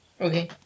Okay